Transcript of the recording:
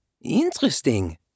Interesting